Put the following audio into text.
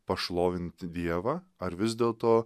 pašlovinti dievą ar vis dėlto